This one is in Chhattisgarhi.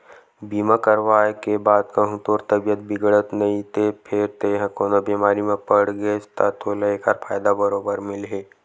बीमा करवाय के बाद कहूँ तोर तबीयत बिगड़त नइते फेर तेंहा कोनो बेमारी म पड़ गेस ता तोला ऐकर फायदा बरोबर मिलही